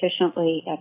efficiently